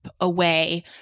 away